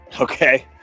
Okay